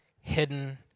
hidden